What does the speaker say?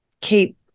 keep